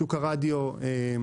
בשוק הרדיו אין